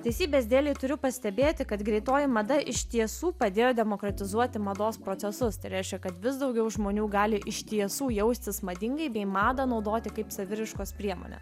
teisybės dėlei turiu pastebėti kad greitoji mada iš tiesų padėjo demokratizuoti mados procesus tai reiškia kad vis daugiau žmonių gali iš tiesų jaustis madingai bei madą naudoti kaip saviraiškos priemonę